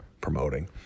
promoting